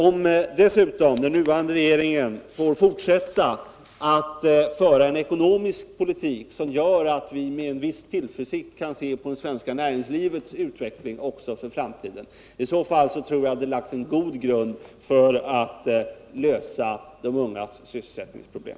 Om dessutom den nuvarande regeringen får fortsätta att föra en ekonomisk politik som gör att vi med en viss tillförsikt kan se på det svenska näringslivets . utveckling också för framtiden, har det lagts en god grund för att lösa de ungas sysselsättningsproblem.